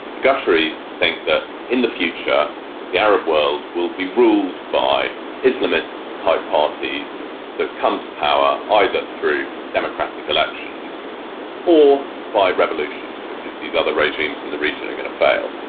the qataris think that in the future the arab world will be ruled by islamist type parties that come to power either through democratic elections or by revolution because these other regimes in the region are going to fail.